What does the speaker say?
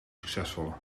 succesvolle